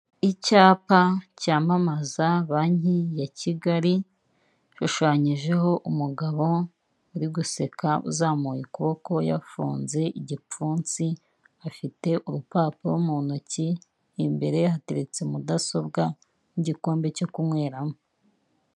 Icyapa cyamamaza banki ya Kigali hashushanyijeho umugabo uri guseka uzamuye ukuboko yafunze igipfunsi, afite urupapuro mu ntoki imbere ye hateretse mudasobwa n'igikombe cyo kunyweramo.